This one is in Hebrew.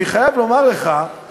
אני חייב לומר לך,